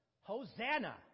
Hosanna